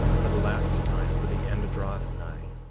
for the last time, for the end draweth nigh.